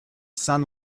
sun